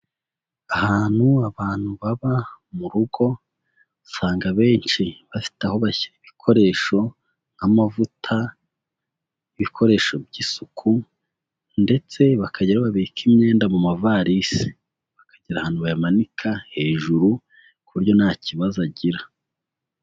Ahantu abantu baba mu rugo, usanga abenshi bafite aho bashyira ibikoresho nk'amavuta, ibikoresho by'isuku, ndetse bakajyira aho babika imyenda mu mavarisi, bakagira ahantu bayamanika hejuru, ku buryo nta kibazo agira.